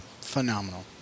Phenomenal